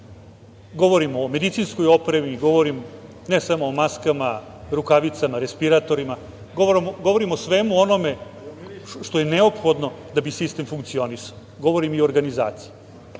Govorim o medicinskoj opremi. Govorim ne samo o maskama, rukavicama, respiratorima, govorim o svemu onome što je neophodno da bi sistem funkcionisao, govorim i o organizaciji.